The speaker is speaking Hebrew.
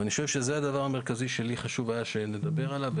אני חושב שזה הדבר המרכזי שחשוב לי לדבר עליו,